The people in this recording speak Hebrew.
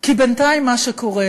כי בינתיים מה שקורה